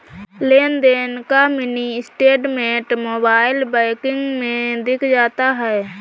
लेनदेन का mini statement mobile banking में दिख जाता है